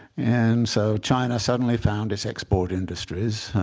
and so china suddenly found its export industries